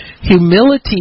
Humility